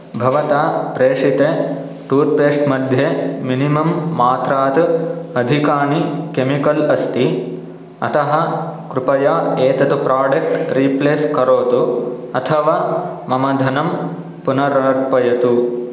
भवता प्रेषिते टूत्पेस्ट् मध्ये मिनिमम् मात्रात् अधिकानि केमिकल् अस्ति अतः कृपया एतत् प्राडेक्ट् रीप्लेस् करोतु अथवा मम धनं पुनरर्पयतु